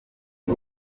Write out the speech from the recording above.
bwo